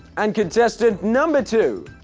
and contestant number two?